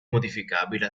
modificabile